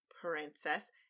Princess